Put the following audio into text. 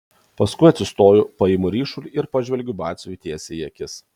paskui atsistoju paimu ryšulį ir pažvelgiu batsiuviui tiesiai į akis